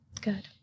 Good